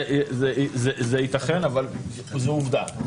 זה ייתכן אבל זו עובדה.